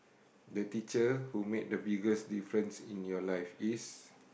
the teacher who make the biggest difference in your life is